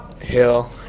hill